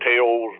tails